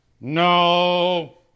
No